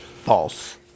False